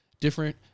different